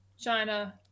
China